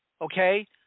Okay